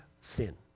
sin